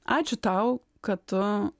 ačiū tau kad tu